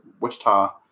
Wichita